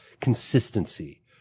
consistency